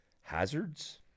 hazards